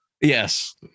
yes